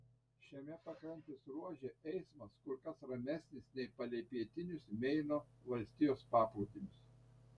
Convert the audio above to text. šiame pakrantės ruože eismas kur kas ramesnis nei palei pietinius meino valstijos paplūdimius